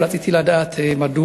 רציתי לדעת: 1. מדוע?